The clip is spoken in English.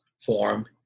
form